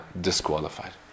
disqualified